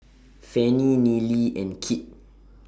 Fannie Nealy and Kit